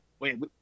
Wait